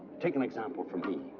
take an example from me.